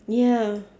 ya